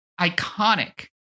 iconic